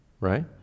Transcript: right